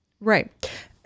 Right